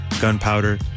gunpowder